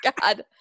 God